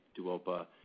Duopa